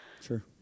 Sure